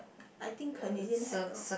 I think Canadian hat or